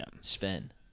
Sven